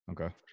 Okay